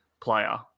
player